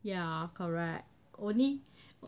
ya correct only